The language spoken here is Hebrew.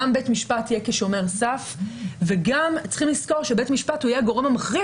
גם בית משפט יהיה שומר סף וצריך גם לזכור שבית משפט יהיה הגורם המכריע